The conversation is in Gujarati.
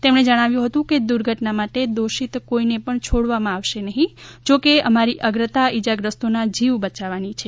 તેમણે જણાવ્યું હતું કે દુર્ઘટના માટે દોષિત કોઈને પણ છોડવામાં નહીં આવે જો કે અમારી અગ્રતા ઇજાગ્રસ્તોના જીવ બચાવવાની છે